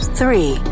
three